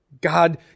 God